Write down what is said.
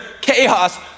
chaos